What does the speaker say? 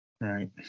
Right